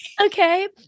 okay